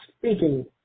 speaking